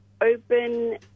open